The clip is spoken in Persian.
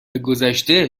گذشته